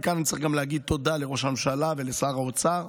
וכאן אני גם צריך להגיד תודה לראש הממשלה ולשר האוצר,